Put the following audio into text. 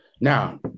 Now